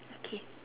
okay